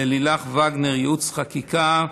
ללילך וגנר, ייעוץ חקיקה,